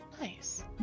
Nice